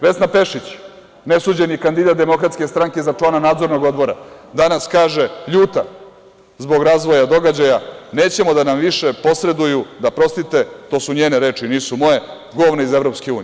Vesna Pešić, nesuđeni kandidat DS za člana Nadzornog odbora danas kaže, ljuta zbog razvoja događaja: „Nećemo da nam više posreduju“, da prostite, to su njene reči, nisu moje: „govna iz EU“